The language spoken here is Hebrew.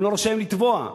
הם לא רשאים לתבוע,